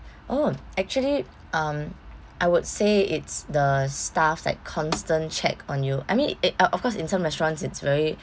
oh actually um I would say it's the staff that constant check on you I mean it uh of course in some restaurants it's very